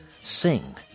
sing